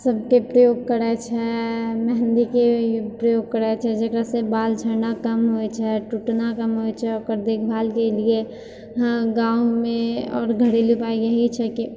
सबके प्रयोग करए छै मेहँदीके प्रयोग करय छै जकरासँ बाल झरनाइ कम करए छै टूटनाइ कम होइ छै ओकर देखभालके लिए गाँवमे आओर घरेलु उपाए यही छै कि